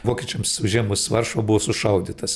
vokiečiams užėmus varšuvą buvo sušaudytas